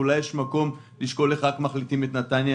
ואולי יש מקום לשקול איך להכניס את נתניה,